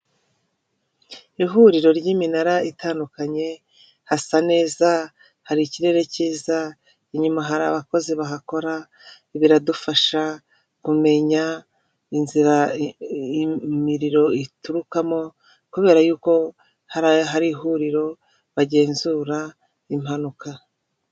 Ihuriro ry'iminara itandukanye hasa neza hari ikirere cyiza, Inyuma hari abakozi bahakora. Biradufasha kumenya inzira imiriro iturukamo kubera yuko hari ihuriro bagenzura impanuka.